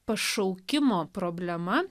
pašaukimo problema